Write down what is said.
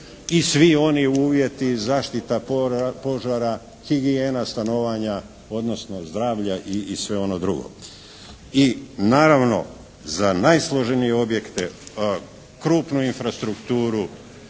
i svi oni uvjeti zaštita požara, higijena stanovanja, odnosno zdravlja i sve ono drugo. I naravno za najsloženije objekte krupnu infrastrukturu